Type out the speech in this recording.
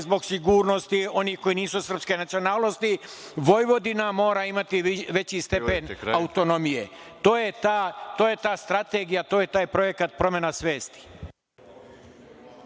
zbog sigurnosti onih koji nisu srpske nacionalnosti. Vojvodina mora imati veći stepen autonomije. To je ta strategija, to je taj projekat promene svesti.